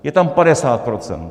Je tam padesát procent.